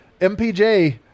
MPJ